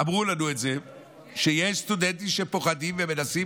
אמרו לנו שיש סטודנטים שפוחדים ומנסים